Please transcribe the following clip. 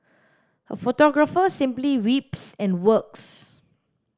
a photographer simply weeps and works